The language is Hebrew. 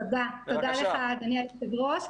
תודה לך, אדוני היושב ראש.